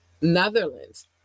Netherlands